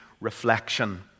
reflection